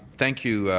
thank you,